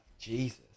Jesus